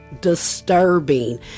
disturbing